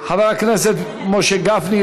חבר הכנסת משה גפני,